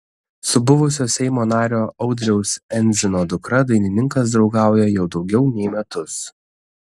su buvusio seimo nario audriaus endzino dukra dainininkas draugauja jau daugiau nei metus